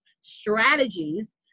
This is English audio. strategies